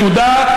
נקודה,